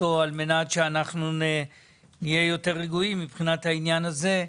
על מנת שנהיה יותר רגועים מבחינת העניין הזה?